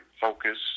focus